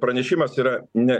pranešimas yra ne